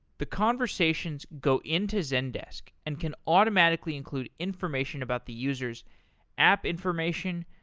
the conversations go into zendesk and can automatically include information about the user s app information,